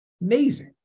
amazing